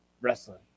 wrestling